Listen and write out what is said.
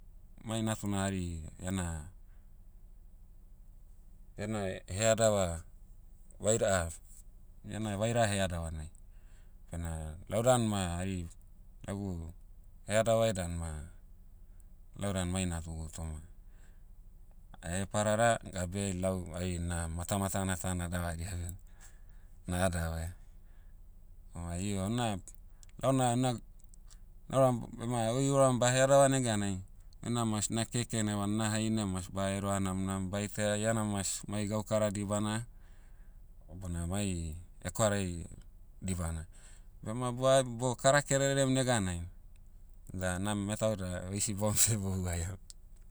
Mai natuna hari, ena- ena headava, vaira iena vaira headavanai. Bena lau dan ma hari, lagu, headavai dan ma, lau dan mai natugu toh, aheparara gabeai lau, ai- na, matamatana ta nadavaria, na adavaia. Oa io na, launa na- nauram bema oi ouram baheadava neganai, oina mas na keken eva na haine mas ba heroa namnam baitaia iana mas mai gaukara dibana, bona mai, hekwarai, dibana. Bema boa- boh kara kererem neganai, da na metau da oi sibom seh bohuaiam.